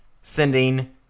sending